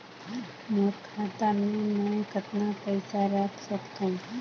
मोर खाता मे मै कतना पइसा रख सख्तो?